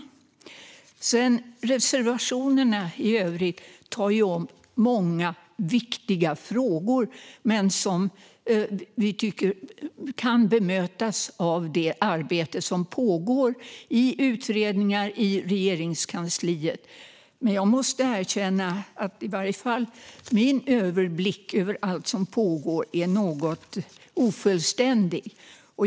Reservationerna i övrigt tar upp många viktiga frågor, men vi tycker att de kan bemötas av det arbete som pågår i utredningar och i Regeringskansliet. Jag måste erkänna att i varje fall min överblick över allt som pågår är något ofullständig.